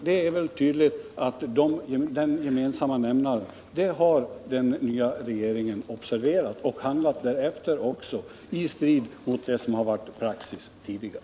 Det är väl tydligt att denna gemensamma nämnare har upptäckts även av den nya regeringen, som också handlat därefter i strid mot vad som varit praxis tidigare.